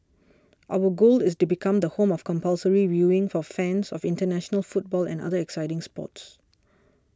our goal is to become the home of compulsory viewing for fans of international football and other exciting sports